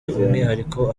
umwihariko